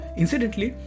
incidentally